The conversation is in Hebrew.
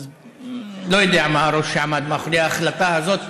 אז לא יודע מה הראש שעמד מאחורי ההחלטה הזאת,